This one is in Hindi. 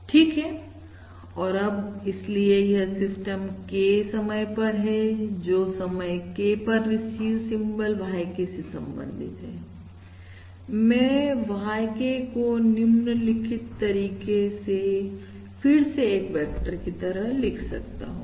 ठीक है और अब इसलिए यह सिस्टम समय K पर है जो समय K पर रिसीव सिंबल YK से संबंधित है मैं YK को निम्नलिखित तरीके से फिर से एक वेक्टर की तरह लिख सकता हूं